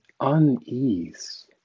Unease